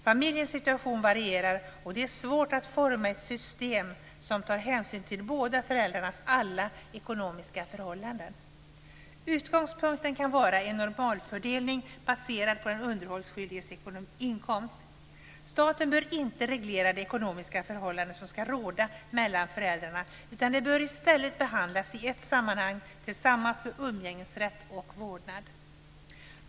Familjernas situation varierar, och det är svårt att forma ett system som tar hänsyn till båda föräldrarnas alla ekonomiska förhållanden. Utgångspunkten kan vara en normalfördelning, baserad på den underhållsskyldiges inkomst. Staten bör inte reglera det ekonomiska förhållande som ska råda mellan föräldrarna, utan det bör i stället behandlas i ett sammanhang tillsammans med umgängesrätt och vårdnad.